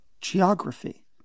geography